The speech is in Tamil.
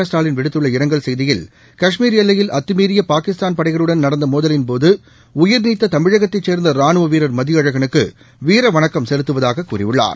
ஸ்டாலின் விடுத்துள்ள இரங்கல் செய்தியில் காஷ்மீர் எல்லையில் அத்துமீறிய பாகிஸ்தான் படைகளுடன் நடந்த மோதலின் போது உயிர் நீத்த தமிழகத்தை சே்ந்த ரானுவ வீரர் மதியழகனுக்கு வீரவணக்கம் செலுத்துவதாக கூறியுள்ளார்